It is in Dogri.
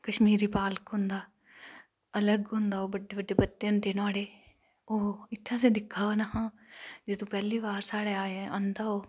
कश्मीरी पालक होंदा अलग होंदा ओह् बड्डे पत्ते होंदे नोहाड़े ओह् इत्थै असें दिक्खै दा निं हा जदूं पैह्ली बार साढै़ आंदा ओह्